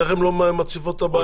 איך הן לא מציפות את הבעיה?